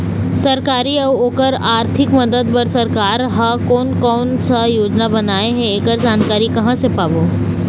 सरकारी अउ ओकर आरथिक मदद बार सरकार हा कोन कौन सा योजना बनाए हे ऐकर जानकारी कहां से पाबो?